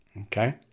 okay